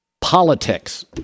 politics